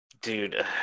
dude